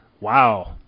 Wow